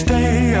Stay